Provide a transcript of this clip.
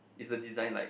is the design like